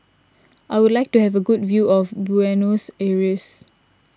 I would like to have a good view of Buenos Aires